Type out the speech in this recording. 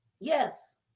Yes